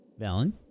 Valen